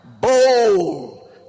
bold